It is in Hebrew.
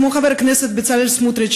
כמו חבר הכנסת בצלאל סמוטריץ,